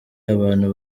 abantu